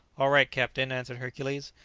all right, captain, answered hercules,